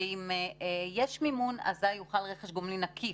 ואם יש מימון אזיי יוחל רכש גומלין עקיף.